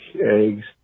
eggs